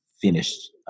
finished